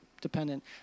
dependent